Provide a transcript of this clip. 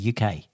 UK